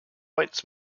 rights